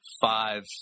five